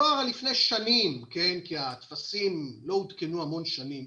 מדובר לפני שנים כי הטפסים לא עודכנו המון שנים